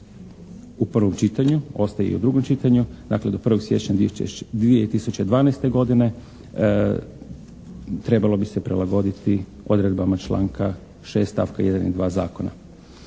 u prvom čitanju, ostaje i u drugom čitanju, dakle do 1. siječnja 2012. godine, trebalo bi se prilagoditi odredbama članka 6. stavka 1. i 2. zakona.